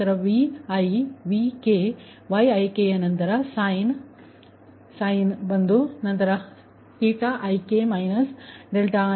ನಂತರ Viನಂತರ Vk ನಂತರ Yikನಂತರ ಸೈನ್ ನಂತರ ik ik